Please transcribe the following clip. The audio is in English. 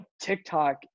TikTok